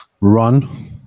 run